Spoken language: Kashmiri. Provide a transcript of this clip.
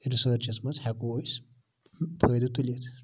رِسیٚرچَس مَنٛز ہیٚکو أسۍ فٲیِدٕ تُلِتھ